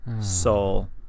soul